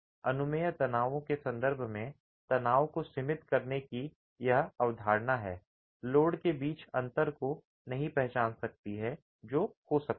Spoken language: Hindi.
अनुमेय तनावों के संदर्भ में तनाव को सीमित करने की यह अवधारणा है लोड के बीच के अंतर को नहीं पहचान सकती है जो हो सकता है